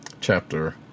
chapter